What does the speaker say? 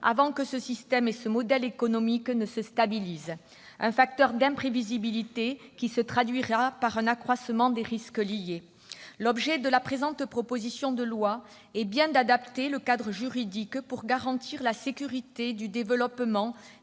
avant que ce système et ce modèle économique ne se stabilisent. Ce facteur d'imprévisibilité se traduira par un accroissement des risques liés. L'objet de cette proposition de loi est bien d'adapter le cadre juridique pour garantir la sécurité du développement